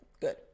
good